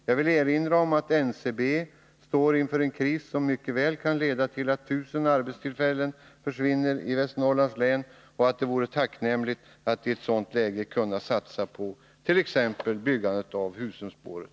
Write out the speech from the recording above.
Jag vill erinra om att NCB står inför en kris, som mycket väl kan leda till att 1000 arbetstillfällen försvinner i Västernorrlands län. I ett sådant läge vore det tacksamt att kunna satsa på t.ex. byggandet av Husumspåret.